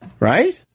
Right